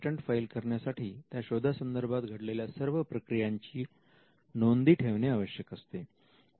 patent file करण्यासाठी त्या शोधा संदर्भात घडलेल्या सर्व प्रक्रियांची नोंदी ठेवणे आवश्यक असते